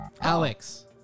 Alex